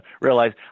realize